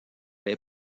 les